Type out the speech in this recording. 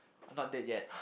I'm not dead yet